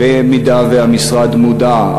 במידה שהמשרד מודע,